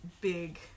big